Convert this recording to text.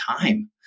time